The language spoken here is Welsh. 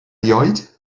erioed